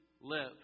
live